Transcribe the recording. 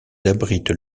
abritent